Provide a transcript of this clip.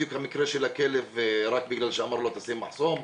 המקרה של הכלב, רק בגלל שאמר לו שישים מחסום,